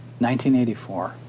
1984